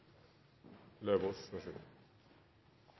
Isaksen, vær så god.